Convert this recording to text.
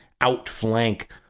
outflank